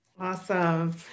awesome